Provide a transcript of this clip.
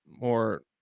more